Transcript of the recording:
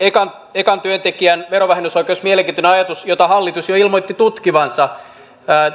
ensimmäisen työntekijän verovähennysoikeus mielenkiintoinen ajatus jota hallitus jo ilmoitti tutkivansa